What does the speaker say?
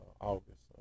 August